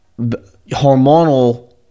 hormonal